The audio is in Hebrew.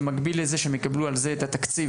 במקביל לזה שהם יקבלו על זה את התקציב,